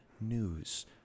news